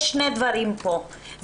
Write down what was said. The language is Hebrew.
יש שני דברים פה,